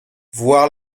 voir